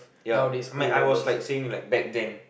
ya I may I was like saying like back then